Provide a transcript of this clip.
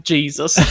Jesus